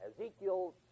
Ezekiel